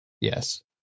Yes